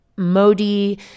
Modi